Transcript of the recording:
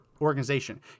organization